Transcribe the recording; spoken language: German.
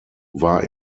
war